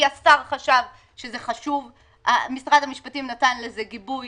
הייעוץ המשפטי לכנסת נותן חוות דעת לפני שהיא מקבלת החלטה.